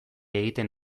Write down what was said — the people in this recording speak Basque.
egiten